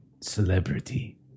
Celebrity